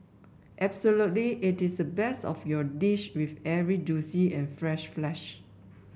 absolutely it is the best of your dish with every juicy and fresh flesh